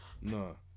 No